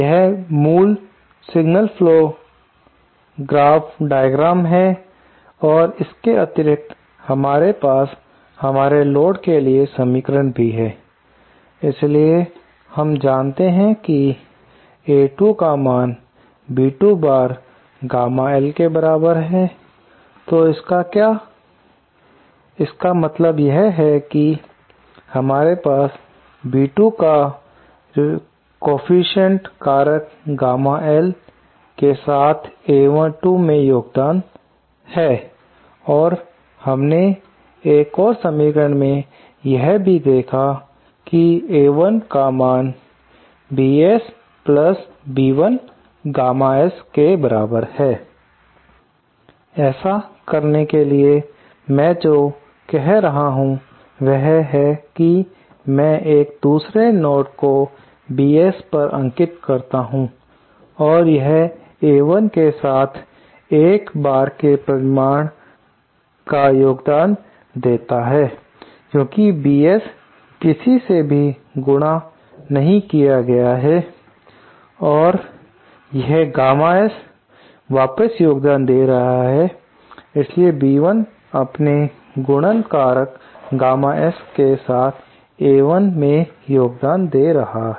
यह मूल signal flow graph diagram है और इसके अतिरिक्त हमारे पास हमारे लोड के लिए समीकरण भी है इसलिए हम जानते हैं कि A2 का मान B2 बार गामा L के बराबर है तो इसका क्या इसका मतलब यह है कि हमारे पास B2 का कोएफ़िशिएंट कारक गामा L के साथ A2 हमें योगदान है और हमने एक और समीकरण मैं यह भी देखा है कि A1 का मान BS B1 गामा S के बराबर है ऐसा करने के लिए मैं जो कह रहा हूं वह है कि मैं एक दूसरा नोड को BS पर अंकित करता हूं और यह A1 के साथ 1 बार के परिमाण का योगदान देता है क्योंकि Bs किसी से भी गुणा नहीं किया गया है और यह गामा S वापस योगदान दे रहा है इसलिए B1 अपने गुणन कारक गामा S के साथ A1 में योगदान दे रहा है